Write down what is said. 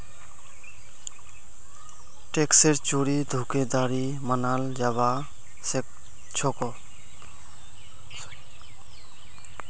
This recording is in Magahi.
टैक्सेर चोरी धोखाधड़ी मनाल जाबा सखेछोक